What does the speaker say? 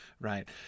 Right